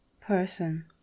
person